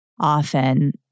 Often